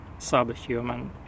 subhuman